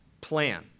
plan